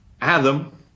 Adam